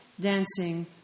dancing